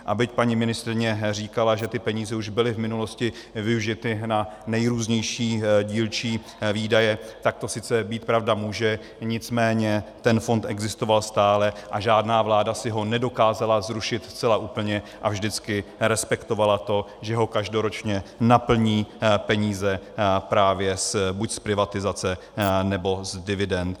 A byť paní ministryně říkala, že ty peníze už byly v minulosti využity na nejrůznější dílčí výdaje, tak to sice být pravda může, nicméně ten fond existoval stále a žádná vláda si ho nedokázala zrušit zcela úplně a vždycky respektovala to, že ho každoročně naplní peníze právě buď z privatizace, nebo z dividend.